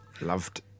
loved